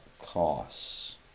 costs